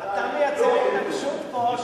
אתה מייצר התנגשות פה,